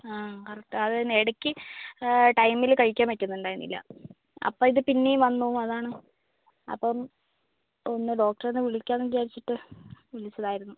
ആ കറക്റ്റ് അത് തന്നെ ഇടയ്ക്ക് ടൈമിൽ കഴിക്കാൻ പറ്റുന്നുണ്ടായിരുന്നില്ല അപ്പം ഇത് പിന്നെയും വന്നു അതാണ് അപ്പം ഒന്ന് ഡോക്ടറേ ഒന്ന് വിളിക്കാം എന്ന് വിചാരിച്ചിട്ട് വിളിച്ചതായിരുന്നു